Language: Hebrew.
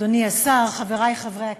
אדוני השר, חברי חברי הכנסת,